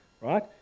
right